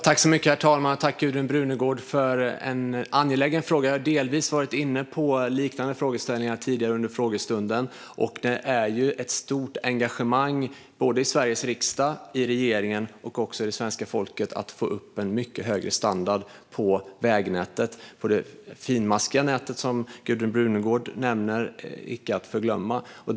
Herr talman! Jag tackar Gudrun Brunegård för en angelägen fråga. Jag har delvis berört liknande frågeställningar tidigare under frågestunden, och det finns ett stort engagemang såväl i riksdag och regering som hos svenska folket för att få till en mycket högre standard på vägnätet, det finmaskiga nätet icke att förglömma.